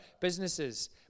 businesses